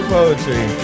poetry